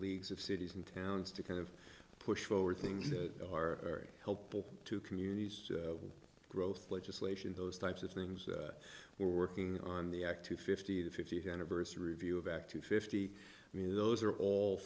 leagues of cities and towns to kind of push forward things that are very helpful to communities growth legislation those types of things we're working on the act two fifty the fiftieth anniversary review of act two fifty i mean those are all